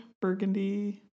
burgundy